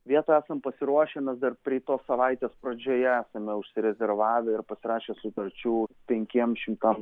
vietų esam pasiruošę nes dar praeitos savaitės pradžioje esame užsirezervavę ir pasirašę sutarčių penkiem šimtam